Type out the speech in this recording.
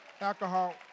Alcohol